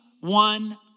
one